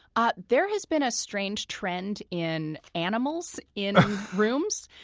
ah there has been a strange trend in animals in rooms.